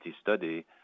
study